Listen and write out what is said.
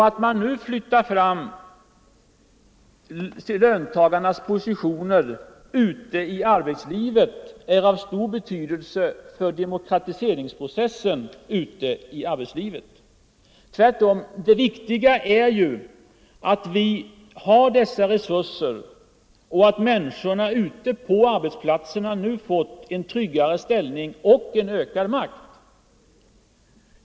Det viktiga är tvärtom att vi har dessa resurser och att människorna ute på arbetsplatserna nu fått en tryggare ställning och en ökad makt.